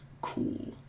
cool